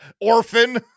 orphan